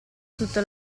tutta